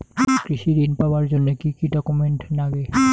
কৃষি ঋণ পাবার জন্যে কি কি ডকুমেন্ট নাগে?